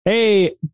Hey